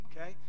okay